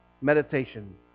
Meditation